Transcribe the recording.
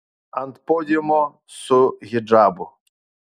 ant podiumo su hidžabu